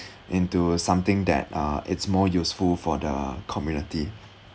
into something that uh it's more useful for the community